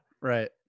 Right